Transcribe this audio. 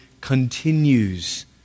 continues